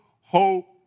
hope